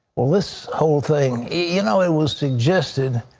well, this whole thing, you know, it was suggested,